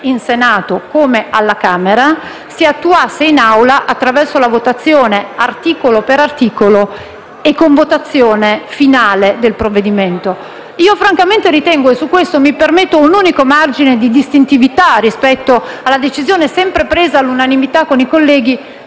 deputati, che essa prosegua in Assemblea attraverso la votazione articolo per articolo e con votazione finale del provvedimento. Francamente ritengo - su questo mi permetto un unico margine di distintività rispetto alla decisione sempre presa all'unanimità con i colleghi